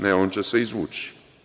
Ne, on će se izvući.